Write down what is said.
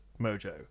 Mojo